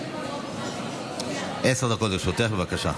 אדוני היושב-ראש.